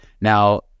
Now